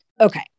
okay